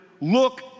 look